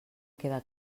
queda